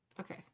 Okay